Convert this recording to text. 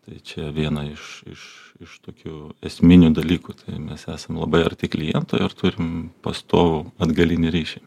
tai čia viena iš iš iš tokių esminių dalykų tai mes esam labai arti kliento ir turim pastovų atgalinį ryšį